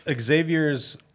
Xavier's